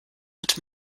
mit